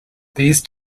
these